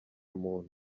muntu